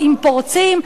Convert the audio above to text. עם פורצים?